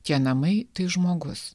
tie namai tai žmogus